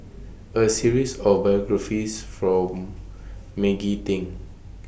A series of biographies from Maggie Teng